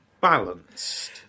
balanced